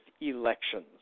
elections